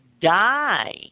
die